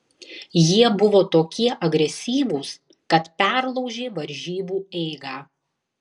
jie buvo tokie agresyvūs kad perlaužė varžybų eigą